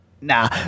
nah